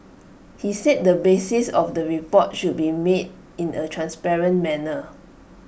he said the basis of the report should be made in A transparent manner